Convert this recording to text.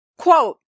Quote